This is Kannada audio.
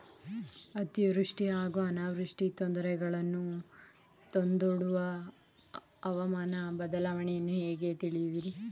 ಅತಿವೃಷ್ಟಿ ಹಾಗೂ ಅನಾವೃಷ್ಟಿ ತೊಂದರೆಗಳನ್ನು ತಂದೊಡ್ಡುವ ಹವಾಮಾನ ಬದಲಾವಣೆಯನ್ನು ಹೇಗೆ ತಿಳಿಯುವಿರಿ?